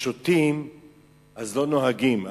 כששותים לא נוהגים.